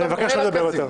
אני מבקש לא לדבר יותר.